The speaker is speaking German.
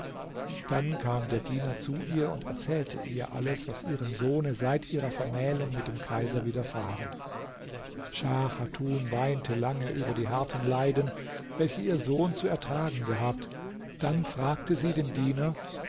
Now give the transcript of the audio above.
dann kam der diener zu ihr und erzählte ihr alles was ihrem sohne seit ihrer vermählung mit dem kaiser widerfahren schah chatun weinte lange über die harten leiden welche ihr sohn zu ertragen gehabt dann fragte sie den diener